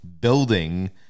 building